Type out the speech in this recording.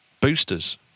boosters